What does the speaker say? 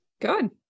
good